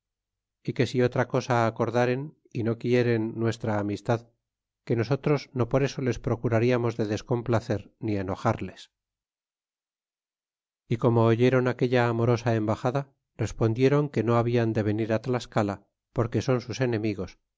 y que si otra cosa acordaren y no quieren nuestra amistad que nosotros no por eso les procurariamos de descomplacer ni enojarles y como oyeron aquella amorosa embaxada respondieron que no habian de venir tlascala porque son sus enemigos